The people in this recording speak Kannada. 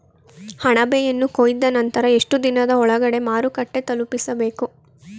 ಅಣಬೆಯನ್ನು ಕೊಯ್ದ ನಂತರ ಎಷ್ಟುದಿನದ ಒಳಗಡೆ ಮಾರುಕಟ್ಟೆ ತಲುಪಿಸಬೇಕು?